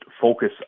focus